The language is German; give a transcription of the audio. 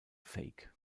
fake